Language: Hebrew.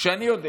שאני יודע